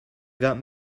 got